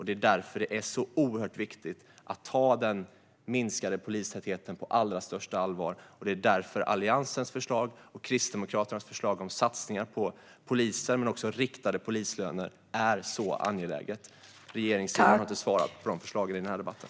Det är därför som det är så oerhört viktigt att ta den minskade polistätheten på allra största allvar, och det är därför Alliansens förslag och Kristdemokraternas förslag om satsningar på poliser men också riktade polislöner är så angelägna. Regeringssidan har inte svarat på de förslagen i den här debatten.